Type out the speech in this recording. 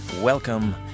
welcome